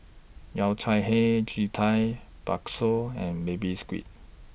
Yao Cai Hei Ji Tang Bakso and Baby Squid